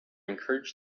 encouraged